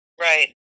Right